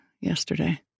yesterday